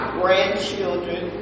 grandchildren